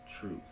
truth